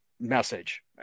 message